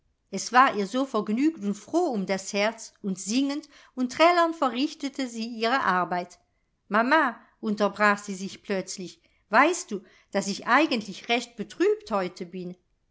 es war ihr so vergnügt und froh um das herz und singend und trällernd verrichtete sie ihre arbeit mama unterbrach sie sich plötzlich weißt du daß ich eigentlich recht betrübt heute bin